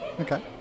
Okay